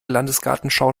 landesgartenschau